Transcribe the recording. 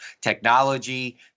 technology